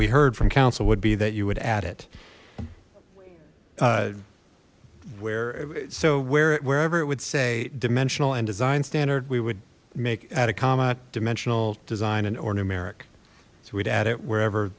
we heard from counsel would be that you would add it where so where it wherever it would say dimensional and design standard we would make at a comma dimensional design and or numeric so we'd add it wherever